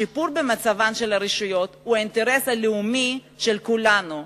השיפור במצבן של הרשויות הוא האינטרס הלאומי של כולנו,